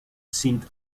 sind